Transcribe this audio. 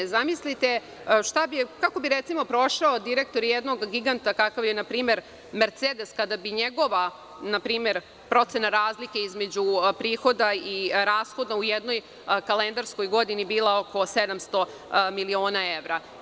Zamislite kako bi prošao direktor jednog giganta kakav je npr. „Mercedes“ kada bi njegova procena razlike između prihoda i rashoda u jednoj kalendarskoj godini bila oko 700 miliona evra.